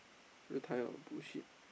look tired of the bullshit